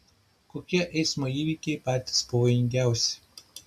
kokie eismo įvykiai patys pavojingiausi